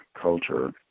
culture